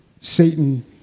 Satan